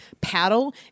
paddle